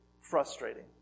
frustrating